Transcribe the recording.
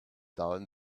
down